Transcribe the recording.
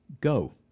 go